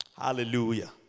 Hallelujah